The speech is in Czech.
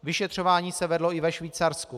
Vyšetřování se vedlo i ve Švýcarsku.